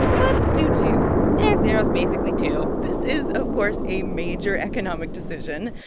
let's do two yeah zero's basically two this is of course a major economic decision.